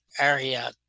area